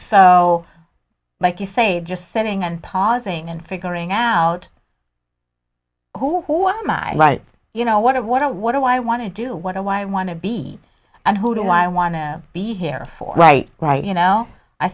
so like you say just sitting and pausing and figuring out who i am i right you know what of what i what do i want to do what i want to be and who do i want to be here for right right you know i